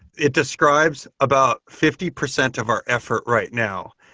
it describes about fifty percent of our effort right now,